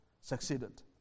succeeded